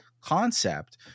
concept